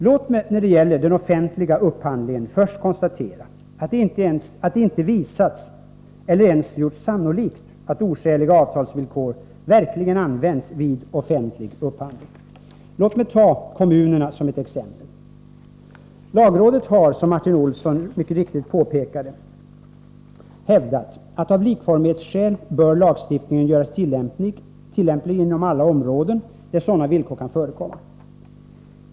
Låt mig när det gäller den offentliga upphandlingen först konstatera att det inte har visats eller ens gjorts sannolikt att oskäliga avtalsvillkor verkligen använts vid offentlig upphandling. Låt mig ta kommunerna såsom ett exempel. Lagrådet har såsom Martin Olsson mycket riktigt påpekade hävdat att lagstiftningen av likformighetsskäl bör göras tillämplig inom alla områden där sådana villkor kan förekomma.